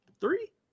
three